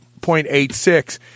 0.86